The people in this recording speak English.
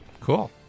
Cool